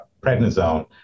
prednisone